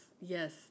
Yes